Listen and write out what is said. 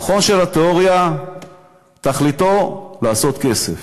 מכון התיאוריה תכליתו לעשות כסף,